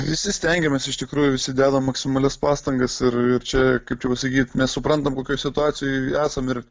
visi stengiamės iš tikrųjų visi dedam maksimalias pastangas ir ir čia kaip čia pasakyt mes suprantam kokioj situacijoj esam ir